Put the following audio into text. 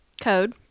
code